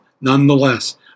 nonetheless